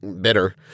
bitter